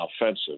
offensive